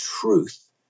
truth